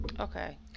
Okay